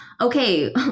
okay